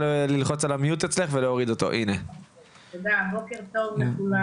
תודה ובוקר טוב לכולם.